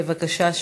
בבקשה,